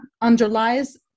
underlies